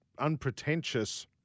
unpretentious